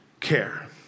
care